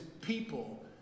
people